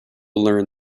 learned